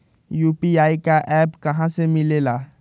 UPI का app कहा से मिलेला?